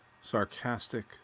sarcastic